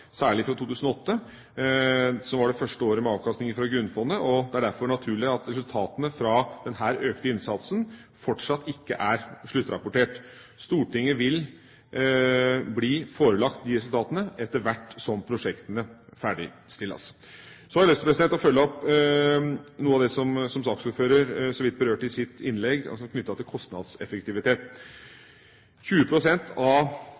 særlig fra 2008, som var det første året med avkastning fra grunnfondet, og det er derfor naturlig at resultatene fra denne økte innsatsen fortsatt ikke er sluttrapportert. Stortinget vil bli forelagt resultatene etter hvert som prosjektene ferdigstilles. Så har jeg lyst til å følge opp noe av det som saksordføreren så vidt berørte i sitt innlegg knyttet til kostnadseffektivitet. 20 pst. av